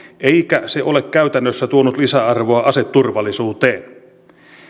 eikä se ole käytännössä tuonut lisäarvoa aseturvallisuuteen